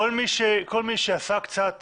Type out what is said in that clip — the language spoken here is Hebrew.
כל מי שעסק קצת